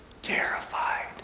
Terrified